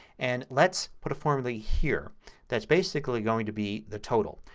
and let's put a formula here that's basically going to be the total.